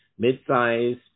Mid-sized